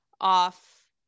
off